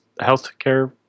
healthcare